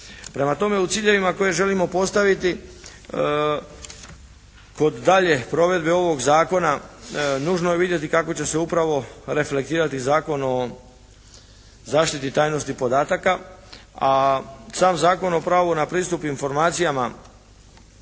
Prema tome u ciljevima koje želimo postaviti kod dalje provedbe ovog zakona nužno je vidjeti kako će se upravo reflektirati Zakon o zaštiti tajnosti podataka a sam Zakon o pravu na pristup informacijama